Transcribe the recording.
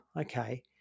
okay